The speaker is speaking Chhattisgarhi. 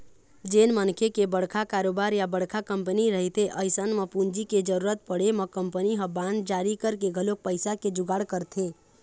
जेन मनखे के बड़का कारोबार या बड़का कंपनी रहिथे अइसन म पूंजी के जरुरत पड़े म कंपनी ह बांड जारी करके घलोक पइसा के जुगाड़ करथे